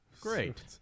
Great